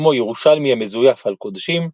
כמו ירושלמי המזויף על קדשים,